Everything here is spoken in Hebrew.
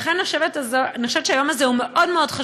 לכן אני חושבת שהיום הזה הוא חשוב מאוד מאוד,